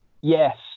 Yes